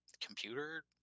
computer